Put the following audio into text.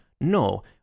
No